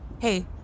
Hey